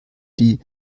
die